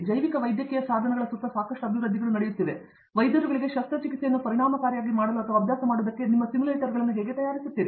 ಜೈವಿಕ ವೈದ್ಯಕೀಯ ಸಾಧನಗಳ ಸುತ್ತ ಸಾಕಷ್ಟು ಅಭಿವೃದ್ಧಿಗಳು ನಡೆಯುತ್ತಿವೆ ವೈದ್ಯರುಗಳಿಗೆ ಶಸ್ತ್ರಚಿಕಿತ್ಸೆಯನ್ನು ಪರಿಣಾಮಕಾರಿಯಾಗಿ ಮಾಡಲು ಅಥವಾ ಅಭ್ಯಾಸ ಮಾಡುವುದಕ್ಕೆ ನೀವು ಸಿಮ್ಯುಲೇಟರ್ಗಳನ್ನು ಹೇಗೆ ತಯಾರಿಸುತ್ತೀರಿ